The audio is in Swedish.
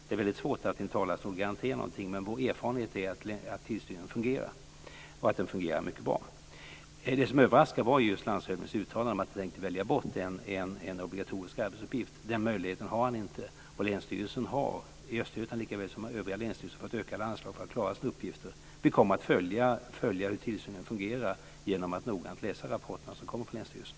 Det är väldigt svårt att i en talarstol garantera någonting, men vår erfarenhet är att tillsynen fungerar, och att den fungerar mycket bra. Det som överraskar var just landshövdingens uttalande om att man tänkte välja bort en obligatorisk arbetsuppgift. Den möjligheten har han inte. Länsstyrelsen i Östergötland har likaväl som andra länsstyrelser fått ökade anslag för att klara sina uppgifter. Vi kommer att följa hur tillsynen fungerar genom att noggrant läsa rapporterna som kommer från länsstyrelsen.